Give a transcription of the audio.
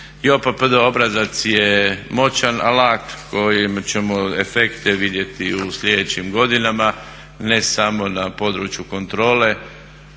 I JPPD obrazac je moćan alat kojim ćemo efekte vidjeti u slijedećim godinama ne samo na području kontrole,